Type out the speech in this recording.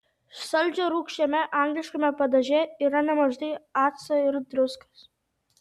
saldžiarūgščiame angliškame padaže yra nemažai acto ir druskos